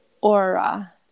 aura